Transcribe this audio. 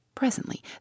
presently